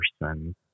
person